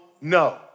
no